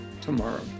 tomorrow